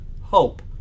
hope